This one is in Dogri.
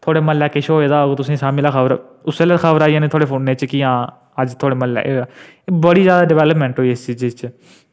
खाल्ली